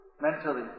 mentally